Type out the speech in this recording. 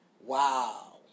Wow